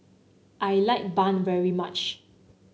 I like bun very much